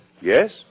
Yes